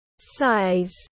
size